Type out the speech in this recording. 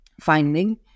finding